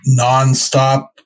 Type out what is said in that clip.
nonstop